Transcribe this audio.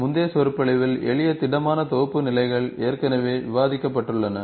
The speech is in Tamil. முந்தைய சொற்பொழிவுகளில் எளிய திடமான தொகுப்பு நிலைகள் ஏற்கனவே விவாதிக்கப்பட்டுள்ளன